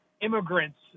Immigrants